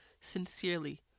Sincerely